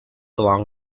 along